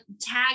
tag